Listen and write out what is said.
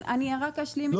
אני רק אשלים את המשפט, ברשותך.